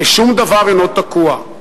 ושום דבר אינו תקוע.